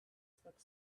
spoke